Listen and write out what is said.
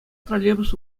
троллейбус